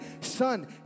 son